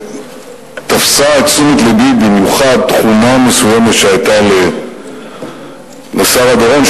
ותפסה את תשומת לבי במיוחד תכונה מסוימת שהיתה לשרה דורון,